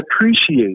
appreciate